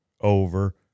over